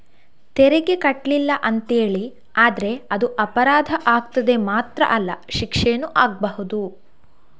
ತೆರಿಗೆ ಕಟ್ಲಿಲ್ಲ ಅಂತೇಳಿ ಆದ್ರೆ ಅದು ಅಪರಾಧ ಆಗ್ತದೆ ಮಾತ್ರ ಅಲ್ಲ ಶಿಕ್ಷೆನೂ ಆಗ್ಬಹುದು